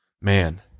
man